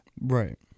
Right